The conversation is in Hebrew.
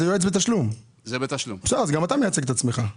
אז גם אתה מייצג את עצמך.